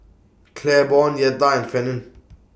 Claiborne Yetta and Fannye